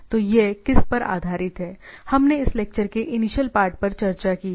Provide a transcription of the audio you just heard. तो यह किस पर आधारित है हमने इस लेक्चर के इनिशियल पार्ट पर चर्चा की है